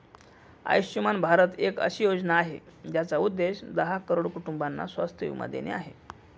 आयुष्यमान भारत एक अशी योजना आहे, ज्याचा उद्देश दहा करोड कुटुंबांना स्वास्थ्य बीमा देणे आहे